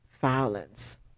violence